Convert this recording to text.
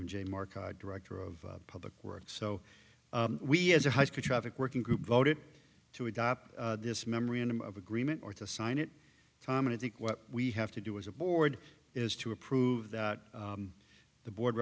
of j market director of public works so we as a high speed traffic working group voted to adopt this memorandum of agreement or to sign it time and i think what we have to do as a board is to approve that the board